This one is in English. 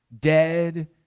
dead